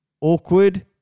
awkward